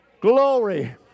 Glory